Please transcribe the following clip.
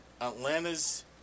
Atlanta's